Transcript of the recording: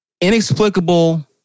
inexplicable